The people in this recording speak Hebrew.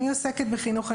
אני עוסקת בחינוך.